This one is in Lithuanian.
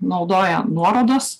naudoja nuorodos